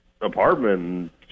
apartment